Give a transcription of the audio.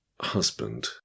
husband